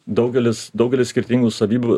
daugelis daugelį skirtingų savybių